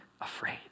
afraid